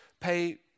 pay